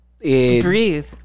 Breathe